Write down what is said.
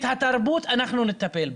בתרבות אנחנו נטפל.